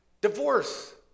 divorce